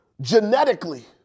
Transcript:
genetically